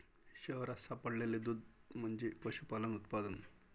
शहरात सापडलेले दूध म्हणजे पशुपालन उत्पादन